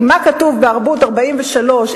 מה כתוב בעמוד 43,